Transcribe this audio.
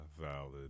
valid